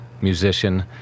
musician